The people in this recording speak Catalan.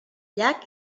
llac